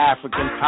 African